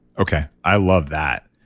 okay. i love that.